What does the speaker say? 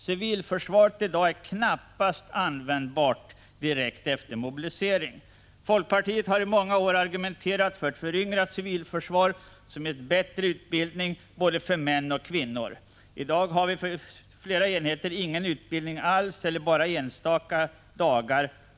Civilförsvaret är i dag knappast användbart direkt efter mobilisering. Folkpartiet har i många år argumenterat för ett föryngrat civilförsvar med bättre utbildning både för män och för kvinnor. I dag har vi på flera enheter ingen utbildning alls eller bara enstaka dagar.